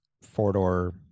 four-door